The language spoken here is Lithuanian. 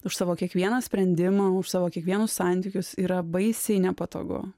už savo kiekvieną sprendimą už savo kiekvienus santykius yra baisiai nepatogu